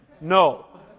No